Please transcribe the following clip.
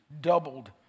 doubled